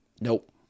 Nope